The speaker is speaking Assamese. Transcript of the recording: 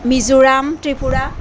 মিজোৰাম ত্ৰিপুৰা